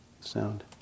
sound